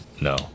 no